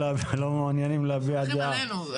סומכים עלינו.